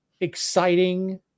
exciting